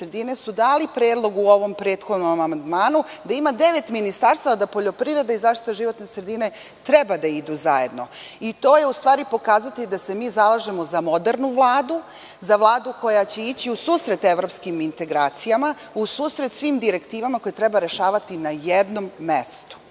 su predlog u ovom prethodnom amandmanu, da ima devet ministarstava, da poljoprivreda i zaštita životne sredine treba da idu zajedno. To je pokazatelj da se mi zalažemo za modernu Vladu, za Vladu koja će ići u susret evropskim integracijama, u susret svim direktivama koje treba rešavati na jednom mestu.